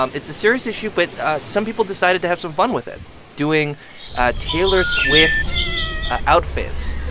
um it's a serious issue. but ah some people decided to have some fun with it doing taylor swift outfits.